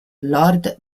lord